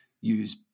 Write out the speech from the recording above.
use